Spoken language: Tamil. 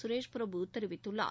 சுரேஷ் பிரபு தெரிவித்துள்ளார்